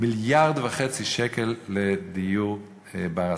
1.5 מיליארד שקל לדיור בר-השגה.